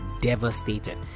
devastated